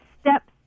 steps